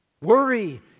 Worry